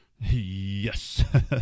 Yes